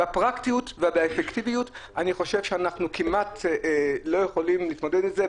בפרקטיות ובאפקטיביות אני חושב שאנחנו כמעט לא יכולים להתמודד עם זה,